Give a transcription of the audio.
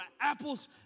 apples